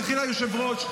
תלכי ליושב-ראש.